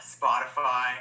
Spotify